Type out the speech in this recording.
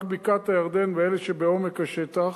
רק בקעת-הירדן ואלה שבעומק השטח,